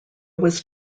was